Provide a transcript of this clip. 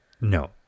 No